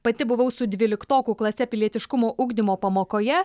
pati buvau su dvyliktokų klase pilietiškumo ugdymo pamokoje